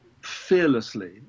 fearlessly